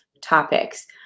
topics